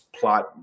plot